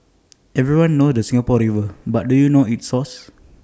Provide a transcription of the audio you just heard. everyone knows the Singapore river but do you know its source